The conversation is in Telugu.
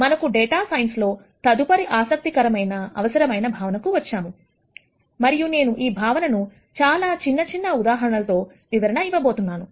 మనకు డేటా సైన్స్ లో తదుపరి ఆసక్తికరమైన అవసరమైన భావనకు వచ్చాము మరియు నేను ఈ భావనను చాలా చిన్న చిన్న ఉదాహరణతో వివరణ ఇవ్వబోతున్నాను